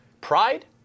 pride